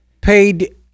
paid